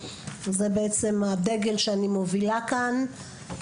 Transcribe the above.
זה בעצם הדגל שאני מובילה כאן,